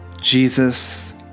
Jesus